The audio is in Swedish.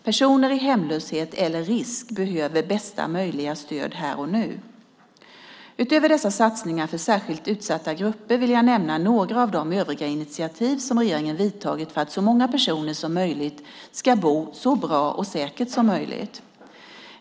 Personer i hemlöshet eller risk därför behöver bästa möjliga stöd här och nu. Utöver dessa satsningar för särskilt utsatta grupper vill jag nämna några av de övriga initiativ som regeringen vidtagit för att så många personer som möjligt ska bo så bra och säkert som möjligt.